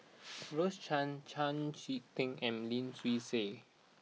Rose Chan Chau Sik Ting and Lim Swee Say